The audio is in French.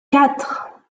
quatre